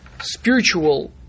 spiritual